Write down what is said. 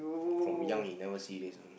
from young he never serious one